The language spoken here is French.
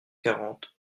quarante